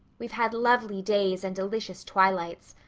we've had lovely days and delicious twilights.